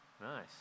Nice